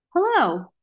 Hello